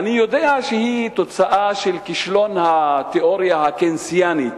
אני יודע שהיא תוצאה של כישלון התיאוריה הקיינסיאנית,